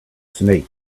snake